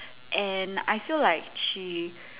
and I feel like she